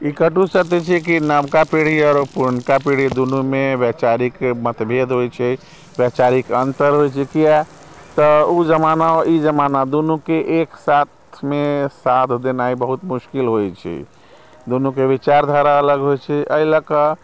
ई कटु सत्य छियै कि नबका पीढ़ी आओर पुरनका पीढ़ी दुनूमे वैचारिक मतभेद होइत छै वैचारिक अंतर होइत छै किया तऽ ओ जमानामे आ ई जमानामे दुनूके एक साथमे साथ देनाय बहुत मुश्किल होइत छै दुनूके विचारधारा अलग होइत छै एहि लऽ कऽ